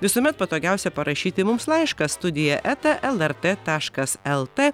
visuomet patogiausia parašyti mums laišką studija eta lrt taškas el t